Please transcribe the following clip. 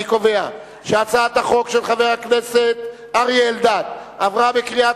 אני קובע שהצעת החוק של חבר הכנסת אריה אלדד עברה בקריאה